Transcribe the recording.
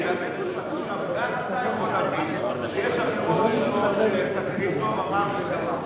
גם אתה יכול להבין שיש אמירות שונות שאתה תגיד "אמר" וגמרנו,